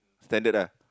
standard lah